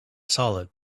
solid